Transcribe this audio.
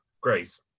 Grace